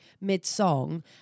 mid-song